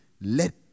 let